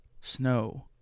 Snow